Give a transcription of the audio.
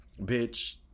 bitch